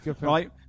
Right